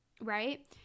right